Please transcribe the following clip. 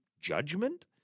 judgment